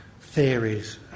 theories